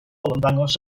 ymddangos